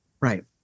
Right